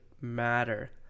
matter